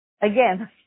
Again